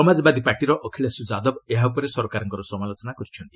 ସମାଜବାଦୀ ପାର୍ଟିର ଅଖିଳେଶ ଯାଦବ ଏହା ଉପରେ ସରକାରଙ୍କର ସମାଲୋଚନା କରିଛନ୍ତି